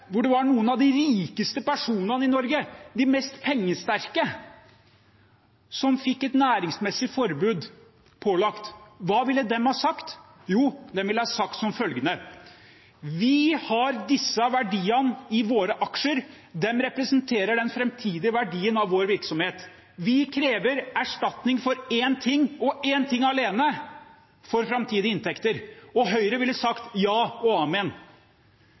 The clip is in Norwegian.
hvor det var noen av de rikeste personene i Norge, de mest pengesterke, som fikk et næringsmessig forbud pålagt – hva ville de ha sagt? Jo, de ville ha sagt som følger: Vi har disse verdiene i våre aksjer, de representerer den framtidige verdien av vår virksomhet. Vi krever erstatning for én ting – og én ting alene: for framtidige inntekter. Og Høyre ville sagt ja og